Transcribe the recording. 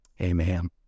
Amen